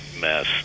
mess